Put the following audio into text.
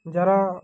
যারা